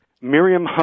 Miriam